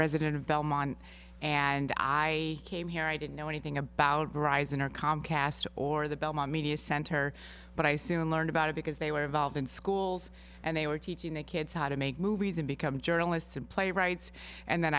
resident of belmont and i came here i didn't know anything about verizon or comcast or the belmont media center but i soon learned about it because they were involved in schools and they were teaching the kids how to make movies and become journalists and playwrights and then